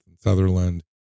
Sutherland